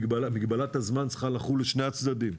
מגבלת הזמן צריכה לחול על שני הצדדים,